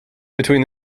between